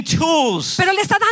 tools